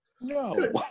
No